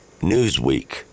Newsweek